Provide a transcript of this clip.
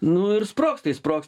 nu ir sprogs tai sprogs